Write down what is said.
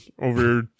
over